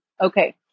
Okay